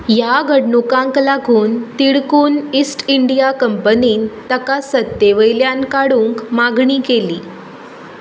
ह्या घडणुकांक लागून तिडकून ईस्ट इंडिया कंपनीन ताका सत्तेवयल्यान काडूंक मागणीं केलीं